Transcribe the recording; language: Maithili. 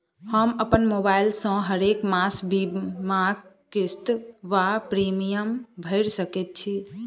हम अप्पन मोबाइल सँ हरेक मास बीमाक किस्त वा प्रिमियम भैर सकैत छी?